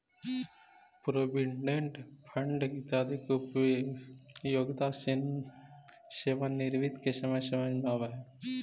provident fund इत्यादि के उपयोगिता सेवानिवृत्ति के समय समझ में आवऽ हई